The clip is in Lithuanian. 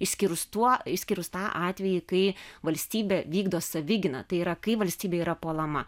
išskyrus tuo išskyrus tą atvejį kai valstybė vykdo savigyną tai yra kai valstybė yra puolama